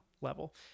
Level